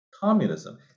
communism